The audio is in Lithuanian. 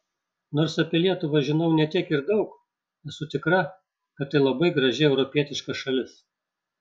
nors apie lietuvą žinau ne tiek ir daug esu tikra kad tai labai graži europietiška šalis